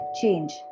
change